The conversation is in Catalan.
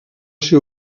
ser